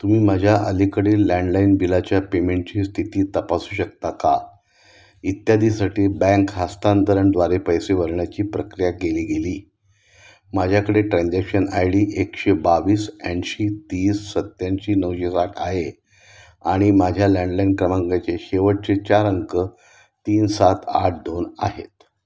तुम्ही माझ्या अलीकडील लँडलाईन बिलाच्या पेमेंटची स्थिती तपासू शकता का इत्यादी साठी बँक हस्तांतरणद्वारे पैसे भरण्याची प्रक्रिया केली गेली माझ्याकडे ट्रान्झॅक्शन आय डी एकशे बावीस ऐंशी तीस सत्याऐंशी नऊशे साठ आहे आणि माझ्या लँडलाईन क्रमांकाचे शेवटशे चार अंक तीन सात आठ दोन आहेत